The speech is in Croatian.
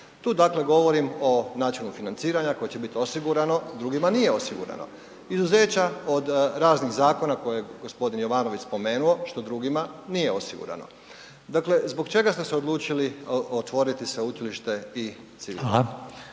Tu dakle govorim o načinu financiranja koje će biti osigurano, drugima nije osigurano, izuzeća od raznih zakona koje je g. Jovanović spomenuo, što drugima nije osigurano. Dakle, zbog čega ste se odlučili otvoriti sveučilište i civilima?